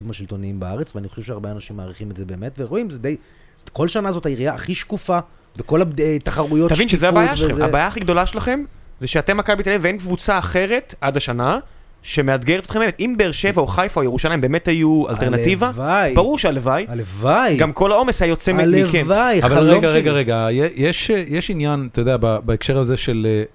עם השלטוניים בארץ, ואני חושב שהרבה אנשים מעריכים את זה באמת, ורואים, זה די, כל שנה הזאת העירייה הכי שקופה, בכל התחרויות שקופות. תבין שזו הבעיה שלכם, הבעיה הכי גדולה שלכם, זה שאתם מכבי ת"א, ואין קבוצה אחרת עד השנה, שמאתגרת אתכם, אם באר שבע או חיפה או ירושלים באמת היו אלטרנטיבה, הלוואי. ברור שהלוואי. הלוואי. גם כל העומס היוצא מבכים. הלוואי, חלום שלי. רגע, רגע, יש עניין, אתה יודע, בהקשר הזה של...